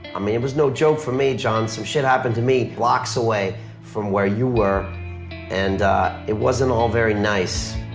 i mean it was no joke for me, john. some shit happened to me blocks away from where you were and it wasn't all very nice.